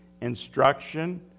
instruction